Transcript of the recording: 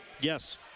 Yes